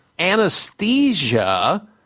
anesthesia